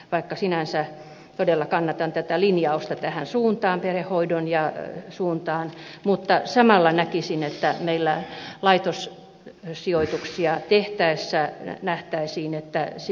vaikka sinänsä todella kannatan tätä linjausta perhehoidon suuntaan samalla toivoisin että meillä laitossijoituksia tehtäessä nähtäisiin että se